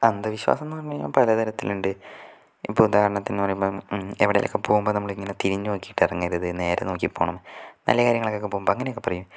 അന്ധവിശ്വാസമെന്ന് പറഞ്ഞു കഴിഞ്ഞാൽ പലതരത്തിലുണ്ട് ഇപ്പം ഉദാഹരണത്തിന് പറയുമ്പം മ് എവിടേലൊക്കെ പോകുമ്പോൾ നമ്മൾ ഇങ്ങനെ തിരിഞ്ഞ് നോക്കിയിട്ട് ഇറങ്ങരുത് നേരെ നോക്കി പോകണം നല്ല കാര്യങ്ങൾക്കൊക്കെ പോകുമ്പം അങ്ങനെയൊക്കെ പറയും